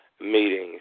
meetings